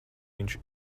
viņš